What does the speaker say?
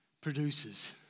produces